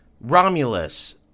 Romulus